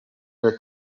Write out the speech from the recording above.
der